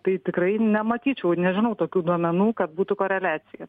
tai tikrai nematyčiau nežinau tokių duomenų kad būtų koreliacija